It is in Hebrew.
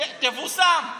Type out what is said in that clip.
שיבושם לך.